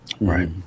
Right